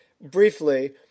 briefly